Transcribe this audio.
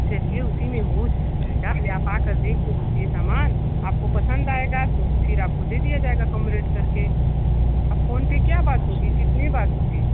चलिए उसी में हो जाएगा पहले आप आकर देख तो लीजिए सामान आपको पसंद आएगा तो फिर आपको दे दिया जाएगा कम रेट करके अब फोन पर क्या बात होगी कितनी बात होगी